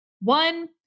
one